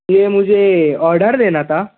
یہ مجھے آرڈر دینا تھا